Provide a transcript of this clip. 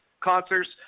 concerts